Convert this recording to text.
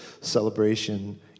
celebration